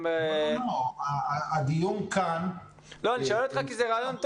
אני שואל אותך כי זה רעיון טוב,